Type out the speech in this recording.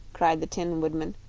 cried the tin woodman.